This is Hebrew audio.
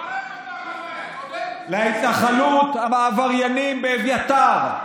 כשהגעתי ביום שישי בשעה 10:00 בבוקר להתנחלות העבריינים באביתר,